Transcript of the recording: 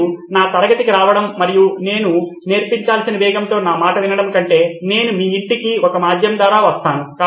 మీరు నా తరగతికి రావడం మరియు నేను నేర్పించాల్సిన వేగంతో నా మాట వినడం కంటే నేను మీ ఇంటికి ఒక మాధ్యమం ద్వారా వస్తాను